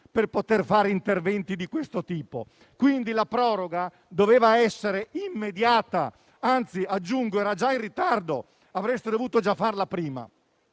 per poter fare interventi di questo tipo, quindi la proroga doveva essere immediata, anzi era già in ritardo, avreste dovuto farla già prima.